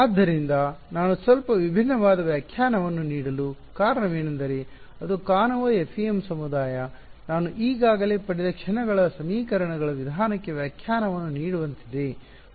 ಆದ್ದರಿಂದ ನಾನು ಸ್ವಲ್ಪ ವಿಭಿನ್ನವಾದ ವ್ಯಾಖ್ಯಾನವನ್ನು ನೀಡಲು ಕಾರಣವೆಂದರೆ ಅದು ಕಾಣುವ FEM ಸಮುದಾಯ ನಾವು ಈಗಾಗಲೇ ಪಡೆದ ಕ್ಷಣಗಳ ಸಮೀಕರಣಗಳ ವಿಧಾನಕ್ಕೆ ವ್ಯಾಖ್ಯಾನವನ್ನು ನೀಡುವಂತಿದೆ